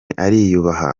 ariyubaha